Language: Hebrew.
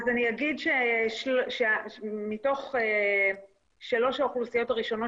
אז אני אגיד שמתוך שלוש האוכלוסיות הראשונות